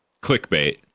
clickbait